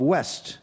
West